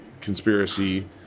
conspiracy